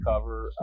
cover